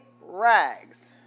rags